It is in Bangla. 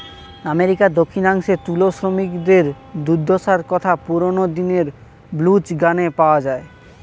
আমেরিকার দক্ষিণাংশে তুলো শ্রমিকদের দুর্দশার কথা পুরোনো দিনের ব্লুজ গানে পাওয়া যায়